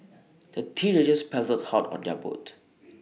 the teenagers paddled hard on their boat